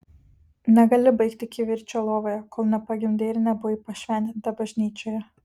negali baigti kivirčo lovoje kol nepagimdei ir nebuvai pašventinta bažnyčioje